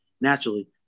naturally